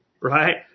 right